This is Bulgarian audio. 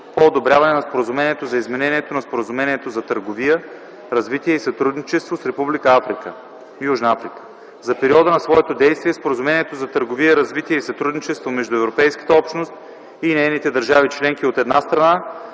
по одобряване на Споразумението за изменение на Споразумението за търговия, развитие и сътрудничество с Република Южна Африка. За периода на своето действие Споразумението за търговия, развитие и сътрудничество между Европейската общност и нейните държави членки, от една страна,